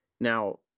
Now